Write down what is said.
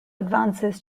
advances